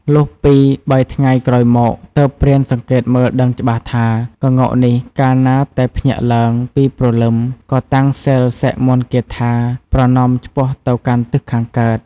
លុះពីរ បីថ្ងៃក្រោយមក ទើបព្រានសង្កេតមើលដឹងច្បាស់ថា ក្ងោកនេះកាលណាតែភ្ញាក់ឡើងពីព្រលឹមក៏តាំងសីលសែកមន្ដគាថា ប្រណម្យឆ្ពោះទៅកាន់ទិសខាងកើត។